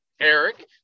Eric